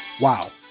Wow